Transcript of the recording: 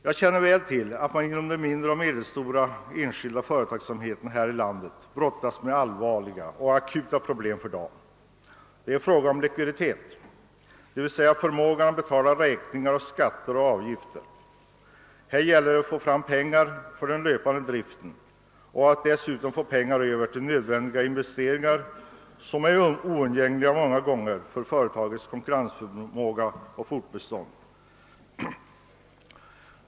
Jag känner väl till att man inom den mindre och medelstora enskilda företagsamheten här i landet brottas med allvarliga och akuta problem. för dagen. Det är fråga om likviditeten, d. v. s. förmågan att betala räkningar, löner, skatter och avgifter. Här gäller. det att skaffa fram pengar för den löpande driften och att dessutom få medel över till investeringar som många gånger är oundgängligen nödvändiga för företagets konkurrensförmåga och fortbestånd.